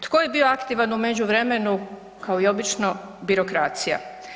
Tko je bio aktivan u međuvremenu, kao i obično, birokracija.